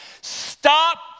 Stop